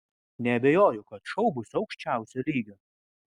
neabejoju kad šou bus aukščiausio lygio